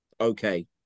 okay